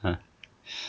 啊